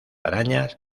arañas